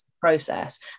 process